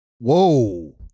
Whoa